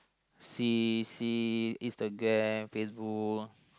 see see Instagram Facebook